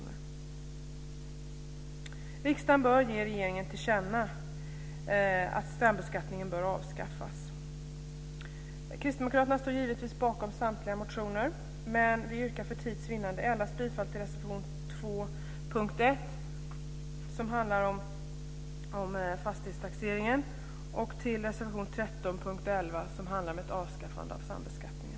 Riksdagen bör ge regeringen till känna att sambeskattningen bör avskaffas. Kristdemokraterna står givetvis bakom samtliga sina motioner, men jag yrkar för tids vinnande bifall endast till reservation 2 under punkt 1, som handlar om fastighetstaxeringen, och till reservation 13 under punkt 11, som handlar om ett avskaffande av sambeskattningen.